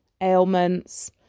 ailments